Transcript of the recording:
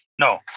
No